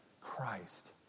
Christ